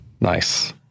nice